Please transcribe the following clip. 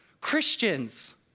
Christians